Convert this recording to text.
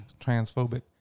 transphobic